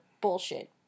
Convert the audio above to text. bullshit